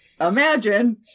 imagine